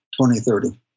2030